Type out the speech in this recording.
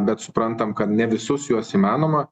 bet suprantam kad ne visus juos įmanoma